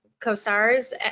co-stars